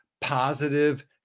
positive